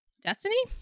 destiny